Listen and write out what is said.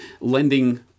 lending